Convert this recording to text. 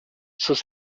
sus